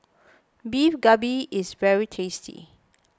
Beef Galbi is very tasty